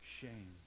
shame